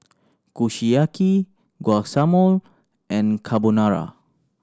Kushiyaki and Carbonara